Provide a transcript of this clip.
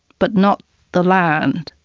but not the land.